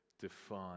define